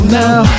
now